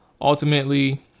ultimately